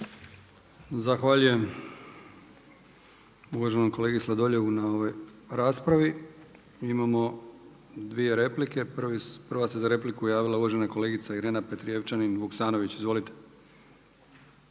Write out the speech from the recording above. Zahvaljujem uvaženom kolegi Sladoljevu na ovoj raspravi. Imamo dvije replike. Prva se za repliku javila uvažena kolegica Irena Petrijevčanin Vuksanović. Izvolite.